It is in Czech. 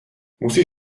musí